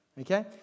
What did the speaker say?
Okay